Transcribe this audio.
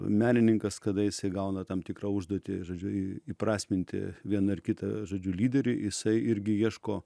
menininkas kada jisai gauna tam tikrą užduotį žodžiu į įprasminti vieną ar kitą žodžiu lyderį jisai irgi ieško